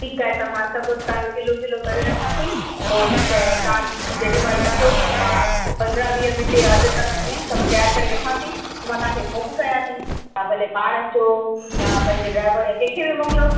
ठीकु आहे त मां सभु तव्हांजो किलो किलो करे रखा थी पोइ त तव्हां जेॾीमहिल अचो तव्हां पंद्रहं वीह मिन्ट या अधु कलाक में सभु तयारु करे रखा थी पोइ मां तव्हांखे फोन कयां थी तव्हां भले पाण अचो या पंहिंजे ड्राइवर कंहिंखें बि मोकिलियो